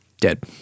Dead